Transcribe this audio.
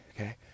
okay